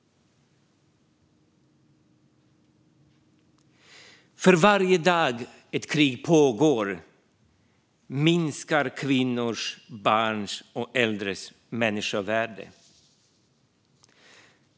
För varje dag ett krig pågår minskar kvinnors, barns och äldres människovärde.